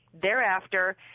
thereafter